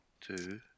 two